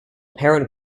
parent